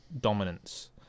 dominance